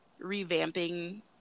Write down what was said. revamping